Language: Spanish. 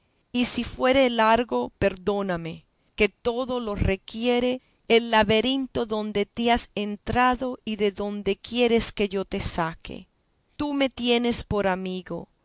y si fuere largo perdóname que todo lo requiere el laberinto donde te has entrado y de donde quieres que yo te saque tú me tienes por amigo